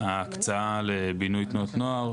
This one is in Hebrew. ההקצאה לבינוי תנועות נוער,